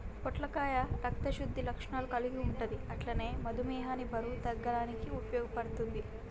పొట్లకాయ రక్త శుద్ధి లక్షణాలు కల్గి ఉంటది అట్లనే మధుమేహాన్ని బరువు తగ్గనీకి ఉపయోగపడుద్ధి